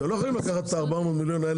אתם לא יכולים לקחת את 400 מיליון השקלים